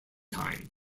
time